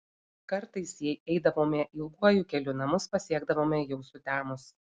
kartais jei eidavome ilguoju keliu namus pasiekdavome jau sutemus